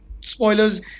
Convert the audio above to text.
spoilers